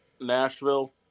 Nashville